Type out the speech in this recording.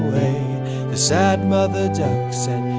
the sad mother duck said,